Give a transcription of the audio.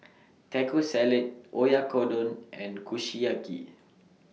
Taco Salad Oyakodon and Kushiyaki